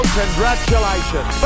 congratulations